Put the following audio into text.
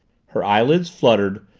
her eyelids fluttered,